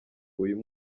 uyu